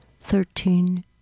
Thirteen